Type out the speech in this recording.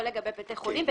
לא לגבי בתי חולים,